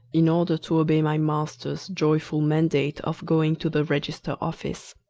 in order to obey my master's joyful mandate of going to the register office.